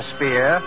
Spear